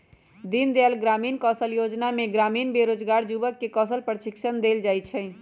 दीनदयाल ग्रामीण कौशल जोजना में ग्रामीण बेरोजगार जुबक के कौशल प्रशिक्षण देल जाइ छइ